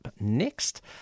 next